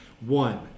One